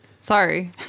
Sorry